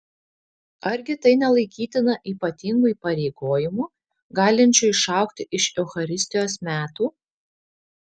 argi tai nelaikytina ypatingu įpareigojimu galinčiu išaugti iš eucharistijos metų